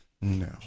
No